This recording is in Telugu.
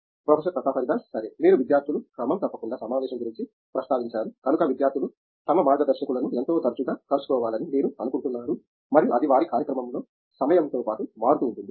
ప్రొఫెసర్ ప్రతాప్ హరిదాస్ సరే మీరు విద్యార్థులు క్రమం తప్పకుండా సమావేశం గురించి ప్రస్తావించారు కనుక విద్యార్థులు తమ మార్గదర్శకులను ఎంత తరచూ గా కలుసుకోవాలి అని మీరు అనుకుంటున్నారు మరియు అది వారి కార్యక్రమంలో సమయంతో పాటు మారుతూ ఉంటుందా